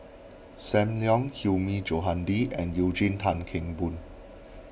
Sam Leong Hilmi Johandi and Eugene Tan Kheng Boon